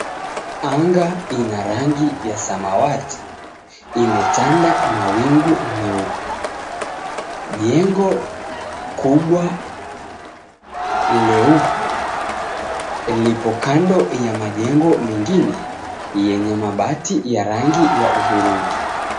Anga ina rangi ya samawati, imetanda mawingu meupe. Jengo kubwa leupe lipo kando ya majengo mengine yenye mabati ya rangi ya hudhurungi.